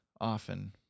often